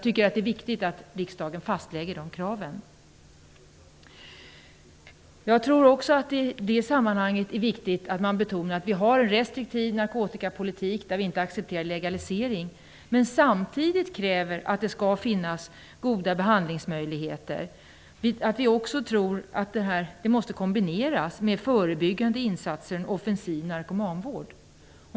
Det är viktigt att riksdagen fastlägger de kraven. I det sammanhanget är det också viktigt att betona att Sverige har en restriktiv narkotikapolitik, med vilken legalisering inte accepteras, men med vilken det samtidigt krävs goda behandlingsmöjligheter, och att vi i Sverige tror att detta måste kombineras med förebyggande insatser och en offensiv narkomanvård.